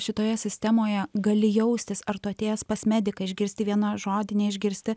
šitoje sistemoje gali jaustis ar tu atėjęs pas mediką išgirsti vieną žodį neišgirsti